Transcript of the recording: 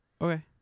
Okay